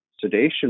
sedation